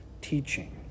teaching